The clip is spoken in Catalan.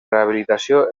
rehabilitació